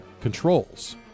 controls